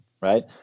right